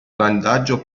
vantaggio